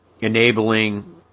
enabling